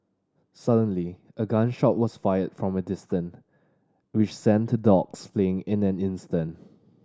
suddenly a gun shot was fired from a distant which sent the dogs fleeing in an instant